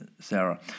Sarah